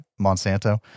Monsanto